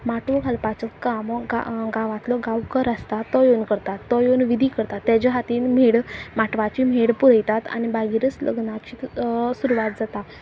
माटवो घालपाचो काम गांवांतलो गांवकर आसता तो येवन करतात तो येवन विधी करतात तेज्या खातीर मेड माटवाची मेड पुरयतात आनी मागीरच लग्नाची सुरवात जाता